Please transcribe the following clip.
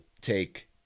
take